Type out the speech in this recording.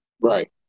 Right